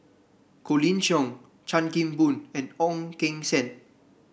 Colin Cheong Chan Kim Boon and Ong Keng Sen